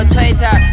Twitter